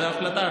זאת החלטה.